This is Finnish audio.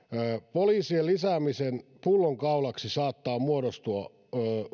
poliisien lisäämisen pullonkaulaksi saattaa muodostua